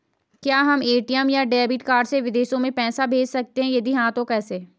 क्या हम ए.टी.एम या डेबिट कार्ड से विदेशों में पैसे भेज सकते हैं यदि हाँ तो कैसे?